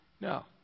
No